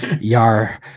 yar